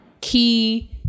key